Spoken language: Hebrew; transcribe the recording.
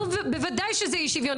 בוודאי שזה אי שוויון,